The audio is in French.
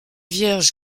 vierge